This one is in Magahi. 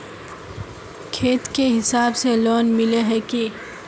खेत के हिसाब से लोन मिले है की?